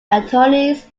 attorneys